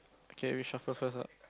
okay reshuffle first ah